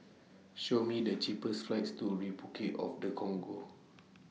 Show Me The cheapest flights to Repuclic of The Congo